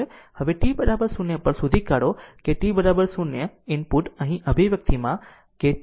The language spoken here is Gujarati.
હવે t 0 પર શોધી કાઢો કે t 0 ઇનપુટ અહીં આ અભિવ્યક્તિમાં કે t 0